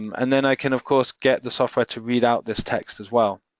and then i can, of course, get the software to read out this text as well,